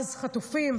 אז היו חטופים,